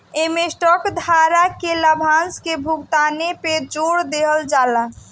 इमें स्टॉक धारक के लाभांश के भुगतान पे जोर देहल जाला